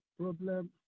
problem